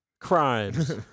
crimes